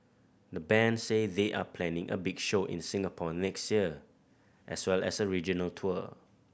the band say they are planning a big show in Singapore next year as well as a regional tour